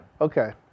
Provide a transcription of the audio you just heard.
Okay